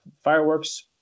fireworks